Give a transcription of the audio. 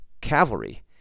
cavalry